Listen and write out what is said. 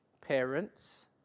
parents